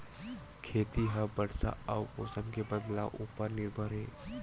खेती हा बरसा अउ मौसम के बदलाव उपर निर्भर हे